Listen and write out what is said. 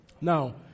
Now